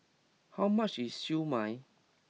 how much is Siew Mai